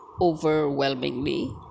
overwhelmingly